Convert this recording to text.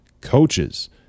coaches